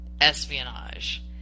espionage